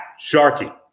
Sharky